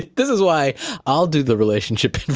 this is why i'll do the relationship